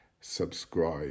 subscribe